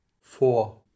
four